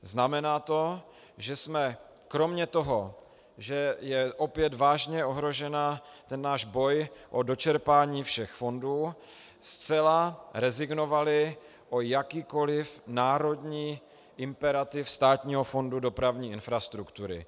Znamená to, že jsme kromě toho, že je opět vážně ohrožen náš boj o dočerpání všech fondů, zcela rezignovali na jakýkoliv národní imperativ Státního fondu dopravní infrastruktury.